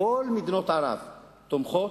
כל מדינות ערב תומכות,